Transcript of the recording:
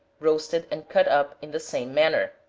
roasted and cut up in the same manner.